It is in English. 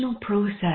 process